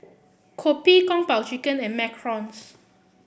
kopi Kung Po Chicken and macarons